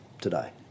today